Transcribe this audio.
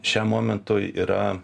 šiam momentui yra